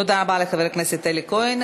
תודה רבה לחבר הכנסת אלי כהן.